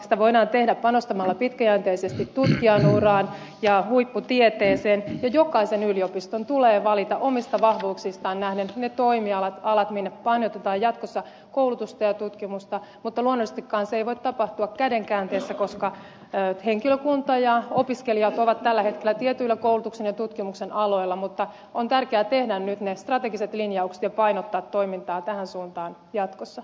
sitä voidaan tehdä panostamalla pitkäjänteisesti tutkijan uraan ja huipputieteeseen ja jokaisen yliopiston tulee valita omista vahvuuksistaan nähden ne toimialat minne painotetaan jatkossa koulutusta ja tutkimusta mutta luonnollisestikaan se ei voi tapahtua käden käänteessä koska henkilökunta ja opiskelijat ovat tällä hetkellä tietyillä koulutuksen ja tutkimuksen aloilla mutta on tärkeää tehdä nyt ne strategiset linjaukset ja painottaa toimintaa tähän suuntaan jatkossa